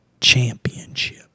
championship